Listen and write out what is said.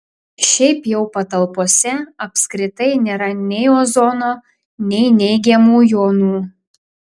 šiaip jau patalpose apskritai nėra nei ozono nei neigiamų jonų